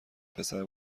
پسر